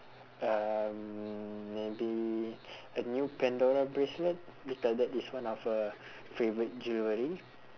um maybe a new pandora bracelet because that this one of her favourite jewelry